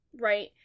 right